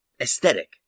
Aesthetic